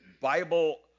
Bible